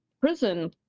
prison